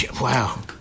Wow